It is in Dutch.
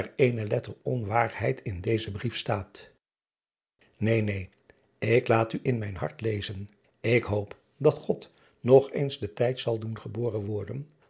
eene letter onwaarheid in dezen brief staat een neen ik laat u in mijn hart lezen k hoop dat od nog eens den tijd zal doen geboren worden